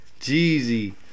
Jeezy